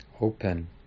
open